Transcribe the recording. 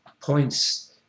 points